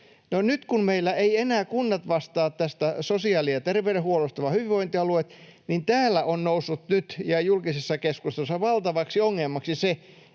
Nyt kun meillä eivät enää kunnat vastaa tästä sosiaali- ja terveydenhuollosta vaan hyvinvointialueet, niin täällä ja julkisessa keskustelussa on noussut nyt valtavaksi ongelmaksi se,